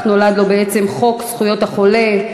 כך נולד לו בעצם חוק זכויות החולה,